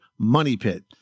MONEYPIT